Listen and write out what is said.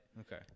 Okay